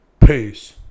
Peace